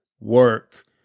work